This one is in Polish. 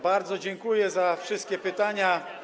Bardzo dziękuję za wszystkie pytania.